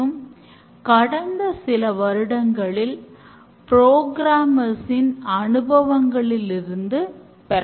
extreme programming இதனை தீவரப்படுத்துகிறது